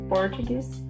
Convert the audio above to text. Portuguese